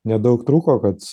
nedaug trūko kad